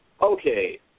Okay